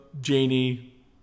Janie